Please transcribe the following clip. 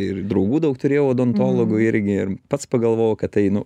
ir draugų daug turėjau odontologų irgi pats pagalvojau kad einu